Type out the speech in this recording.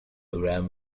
around